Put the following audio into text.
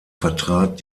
vertrat